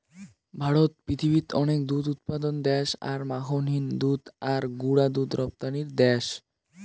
ভারত পৃথিবীত অনেক দুধ উৎপাদন দ্যাশ আর মাখনহীন দুধ ও গুঁড়া দুধ রপ্তানির দ্যাশ